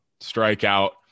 strikeout